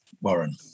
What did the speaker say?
Warren